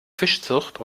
fischzucht